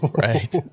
Right